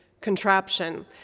contraption